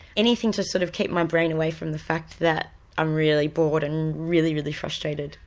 anything to sort of keep my brain away from the fact that i'm really bored and really, really frustrated.